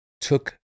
took